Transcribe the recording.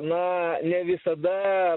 na ne visada